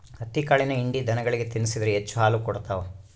ಹತ್ತಿಕಾಳಿನ ಹಿಂಡಿ ದನಗಳಿಗೆ ತಿನ್ನಿಸಿದ್ರ ಹೆಚ್ಚು ಹಾಲು ಕೊಡ್ತಾವ